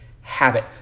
habit